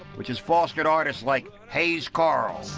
which has fostered artists like hayes carll.